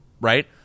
right